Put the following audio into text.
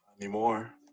anymore